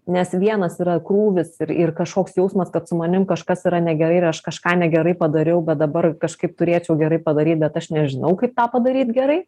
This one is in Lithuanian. nes vienas yra krūvis ir ir kažkoks jausmas kad su manim kažkas yra negerai ir aš kažką negerai padariau bet dabar kažkaip turėčiau gerai padaryt bet aš nežinau kaip tą padaryt gerai